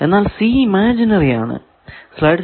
എന്നാൽ C imaginary ആണ്